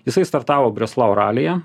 jisai startavo breslau ralyje